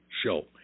show